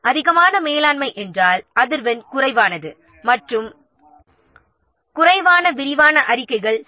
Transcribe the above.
எனவே அதிகமான மேலாண்மை என்றால் அதிர்வெண் குறைவானது மற்றும் குறைவான விரிவான அறிக்கைகள்